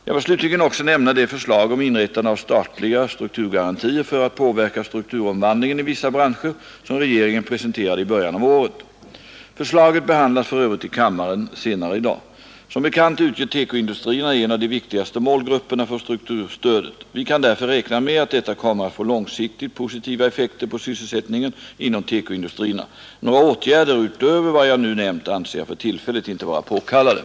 Jag vill slutligen också nämna det förslag om inrättande av statliga strukturgarantier för att påverka strukturomvandlingen i vissa branscher som regeringen presenterade i början av året i propositionen 46. Förslaget behandlas för övrigt i kammaren senare i dag. Som bekant utgör TEKO-industrierna en av de viktigaste målgrupperna för strukturstödet. Vi kan därför räkna med att detta kommer att få långsiktigt positiva effekter på sysselsättningen inom TEKO-industrierna. Några åtgärder utöver vad jag nu nämnt anser jag för tillfället inte vara påkallade.